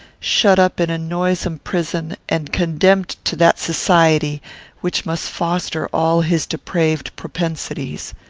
shut up in a noisome prison, and condemned to that society which must foster all his depraved propensities.